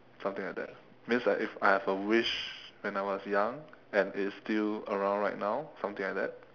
something like that means like if I have a wish when I was young and it's still around right now something like that